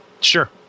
Sure